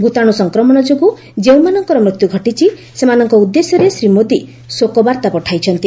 ଭୂତାଣୁ ସଂକ୍ରମଣ ଯୋଗୁଁ ଯେଉଁମାନଙ୍କର ମୃତ୍ୟୁ ଘଟିଛି ସେମାନଙ୍କ ଉଦ୍ଦେଶ୍ୟରେ ଶ୍ରୀ ମୋଦି ଶୋକବାର୍ତ୍ତା ପଠାଇଛନ୍ତି